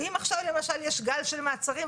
ואם עכשיו למשל יש גל של מעצרים,